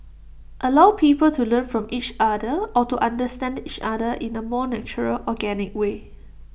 allow people to learn from each other or to understand each other in A more natural organic way